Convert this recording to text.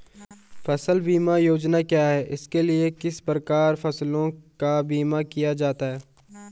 फ़सल बीमा योजना क्या है इसके लिए किस प्रकार फसलों का बीमा किया जाता है?